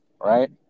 right